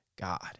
God